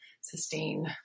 sustain